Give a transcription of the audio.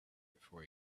before